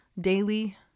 daily